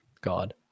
God